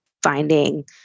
finding